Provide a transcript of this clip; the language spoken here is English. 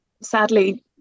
sadly